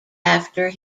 after